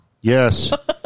Yes